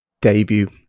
debut